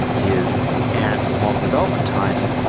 is at model development time,